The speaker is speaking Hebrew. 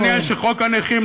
ומעניין שחוק הנכים,